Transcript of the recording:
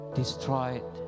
destroyed